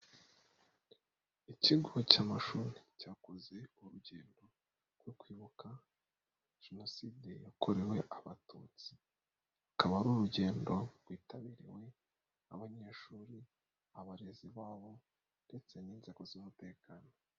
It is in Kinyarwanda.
Ikigo cy'amashuri cyakoze urugendo rwo kwibuka Jenoside yakorewe Abatutsi. Akaba ari urugendo rwitabiriwe n'abanyeshuri, abarezi babo ndetse n'inzego z'umutekano.